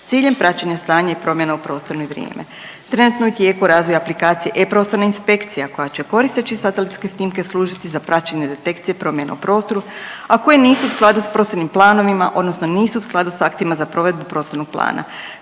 s ciljem praćenja stanja i promjena u prostoru i vrijeme. Trenutno je u tijeku razvoj aplikacije e-prostorna inspekcija koja će koristeći satelitske snimke služiti za praćenje detekcije promjena u prostoru, a koje nisu u skladu sa prostornim planovima, odnosno nisu u skladu sa aktima za provedbu prostornog plana.